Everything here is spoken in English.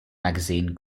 magazine